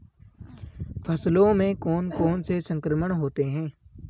फसलों में कौन कौन से संक्रमण होते हैं?